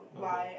okay